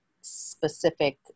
specific